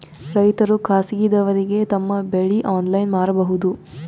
ರೈತರು ಖಾಸಗಿದವರಗೆ ತಮ್ಮ ಬೆಳಿ ಆನ್ಲೈನ್ ಮಾರಬಹುದು?